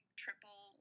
triple